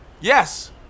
Yes